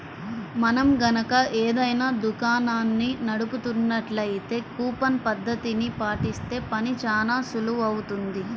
మనం గనక ఏదైనా దుకాణాన్ని నడుపుతున్నట్లయితే కూపన్ పద్ధతిని పాటిస్తే పని చానా సులువవుతుంది